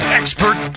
expert